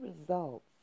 results